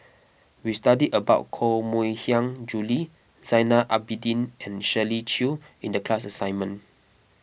we studied about Koh Mui Hiang Julie Zainal Abidin and Shirley Chew in the class assignment